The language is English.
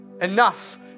enough